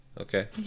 Okay